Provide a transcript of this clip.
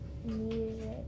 music